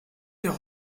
der